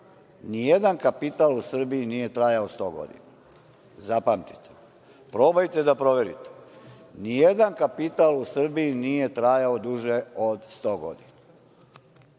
Nijedan kapital u Srbiji nije trajao 100 godina, zapamtite. Probajte da proverite. Nijedan kapital u Srbiji nije trajao duže od 100 godina.